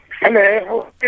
Hello